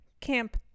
camp